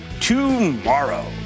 tomorrow